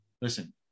listen